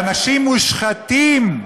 שאנשים מושחתים,